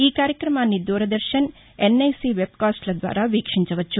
ఈ కార్యక్రమాన్ని Doordarshan NIC webcast ద్వారా వీక్షించవచ్చు